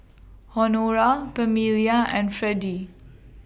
Honora Pamelia and Fredy